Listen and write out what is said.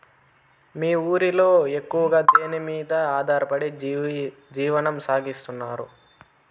మీ ఊరిలో ఎక్కువగా దేనిమీద ఆధారపడి జీవనం సాగిస్తున్నారు?